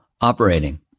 operating